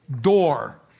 Door